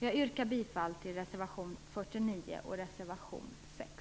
Jag yrkar bifall till reservationerna 49 och 6.